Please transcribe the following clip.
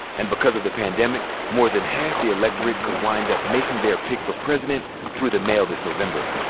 and because of the pandemic, more than half the electorate could wind up making their pick for president through the mail this november.